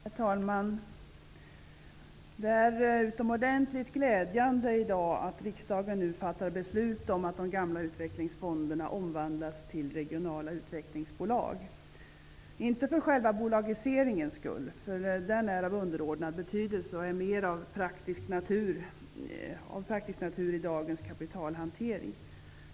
Herr talman! Det är utomordentligt glädjande att riksdagen nu i dag fattar beslut om att de gamla utvecklingsfonderna omvandlas till regionala utvecklingsbolag. Detta är inte för själva bolagiseringens skull. Den är av underordnad betydelse och är mer av praktisk natur i dagens kapitalhantering.